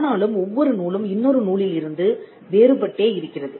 ஆனாலும் ஒவ்வொரு நூலும் இன்னொரு நூலில் இருந்து வேறுபட்டே இருக்கிறது